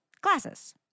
Glasses